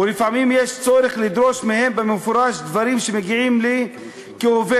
ולפעמים יש צורך לדרוש מהם במפורש דברים שמגיעים לי כעובדת,